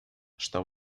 что